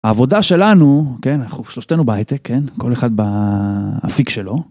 העבודה שלנו כן אנחנו שלושתנו בהייטק, כן כל אחד בפיק שלו.